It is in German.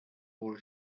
wohl